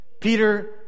Peter